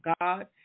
God